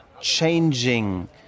changing